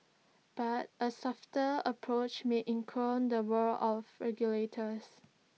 but A softer approach may incur the wrath of regulators